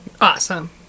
Awesome